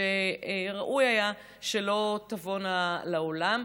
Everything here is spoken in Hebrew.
שראוי היה שלא תבואנה לעולם.